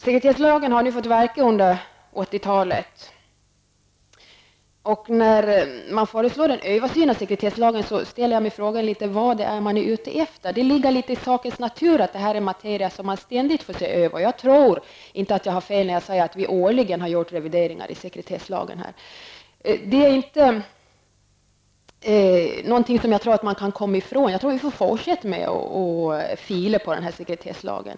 Sekretesslagen har nu fått verka under 1980-talet. När det föreslås en översyn av sekretesslagen undrar jag vad man är ute efter. Det ligger litet i sakens natur att det här är en materia som man ständigt får se över. Och jag tror inte att jag har fel när jag säger att vi årligen har gjort revideringar i sekretesslagen. Jag tror inte att det är något som man kan komma ifrån. Jag tror att vi får fortsätta att fila på den här sekretesslagen.